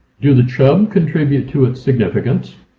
do the chum contribute to its significance?